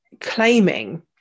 claiming